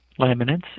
laminates